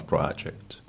Project